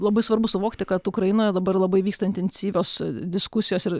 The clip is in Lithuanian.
labai svarbu suvokti kad ukrainoje dabar labai vyksta intensyvios diskusijos ir